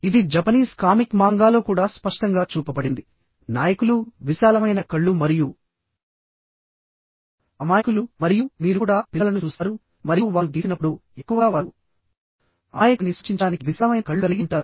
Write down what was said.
ఇది Japanese comic మాంగాలో కూడా స్పష్టంగా చూపబడింది నాయకులు విశాలమైన కళ్ళు మరియు అమాయకులు మరియు మీరు కూడా పిల్లలను చూస్తారు మరియు వారు గీసినప్పుడు ఎక్కువగా వారు అమాయకులని సూచించడానికి విశాలమైన కళ్ళు కలిగి ఉంటారు